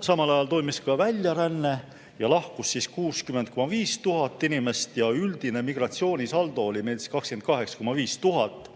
Samal ajal toimus ka väljaränne, lahkus 60,5 tuhat inimest, ja üldine migratsioonisaldo oli meil 28,5 tuhat.